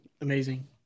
Amazing